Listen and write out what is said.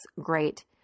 great